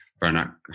Bernard